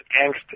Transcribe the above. angst